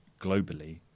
globally